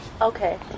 Okay